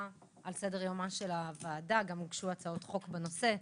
על סדר יומה של הוועדה והוגשו הצעות חוק בנושא.